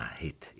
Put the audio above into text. hit